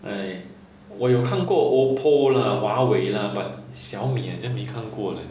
!hais! 我有看过 Oppo lah Huawei lah but Xiaomi 好像看过 leh